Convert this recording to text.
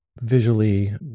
visually